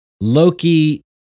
Loki